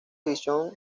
división